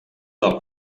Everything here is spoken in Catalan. del